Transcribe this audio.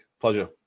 Pleasure